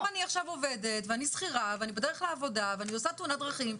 אם אני עובדת כשכירה ואני בדרך לעבודה ואני עושה תאונת דרכים,